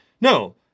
No